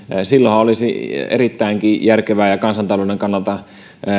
silloinhan olisi erittäinkin järkevää ja kansantalouden kannalta